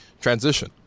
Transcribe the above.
Transition